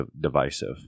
divisive